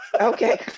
Okay